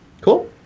cool